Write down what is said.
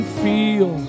feel